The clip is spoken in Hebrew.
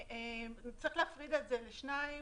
צריך להפריד את זה לשניים: